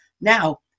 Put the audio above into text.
Now